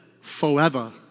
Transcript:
forever